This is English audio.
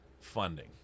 funding